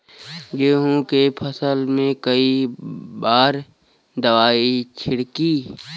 गेहूँ के फसल मे कई बार दवाई छिड़की?